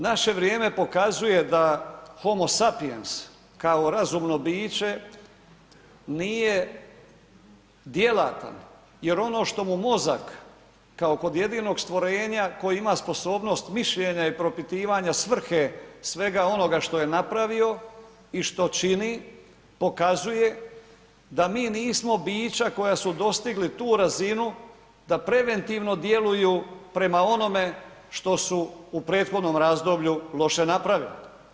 Naše vrijeme pokazuje da homo sapiens kao razumno biće nije djelatan jer ono što mu mozak kao kod jedinog stvorenja koje ima sposobnost mišljenja i propitivanja svrhe svega onoga što je napravio i što čini, pokazuje da mi nismo bića koja su dostigli tu razinu da preventivno djeluju prema onome što su u prethodnom razdoblju loše napravili.